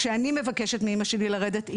כשאני מבקשת ממנה מאימא שלי לרדת לספסל,